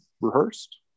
rehearsed